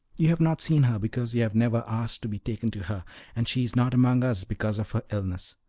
you have not seen her because you have never asked to be taken to her and she is not among us because of her illness.